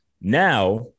Now